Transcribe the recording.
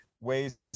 ways